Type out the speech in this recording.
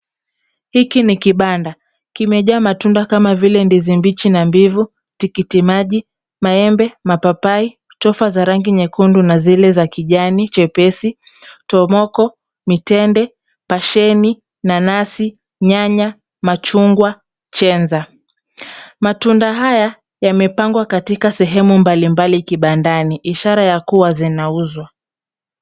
Hiki ni kibanda. Kimejaa matunda kama vile ndizi mbichi na mbivu, tikitimaji, maembe, mapapai, tofaa za rangi nyekundu na zile za kijani chepesi, tomoko, mitende, pasheni, nanasi, nyanya, machungwa chenza. Matunda haya yamepangwa katika sehemu mbalimbali kibandani, ishara ya kuwa zinauzwa.